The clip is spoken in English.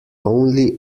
only